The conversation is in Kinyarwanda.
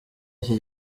iki